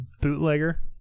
bootlegger